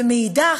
ומאידך,